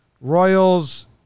Royals